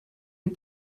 les